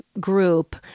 Group